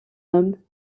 homme